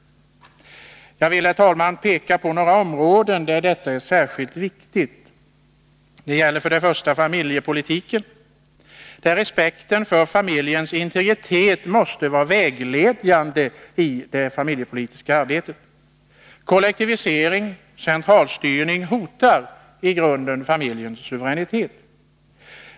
Herr talman! Jag vill peka på några områden där detta är särskilt viktigt. Först och främst gäller det familjen. Respekten för familjens integritet måste vara vägledande för det familjepolitiska arbetet. Kollektivisering och centralstyrning hotar i grunden familjens suveränitet.